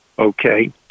Okay